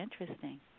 interesting